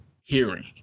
hearing